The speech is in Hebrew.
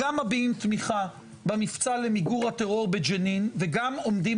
אנחנו גם מביעים תמיכה במבצע למיגור הטרור בג'נין וגם עומדים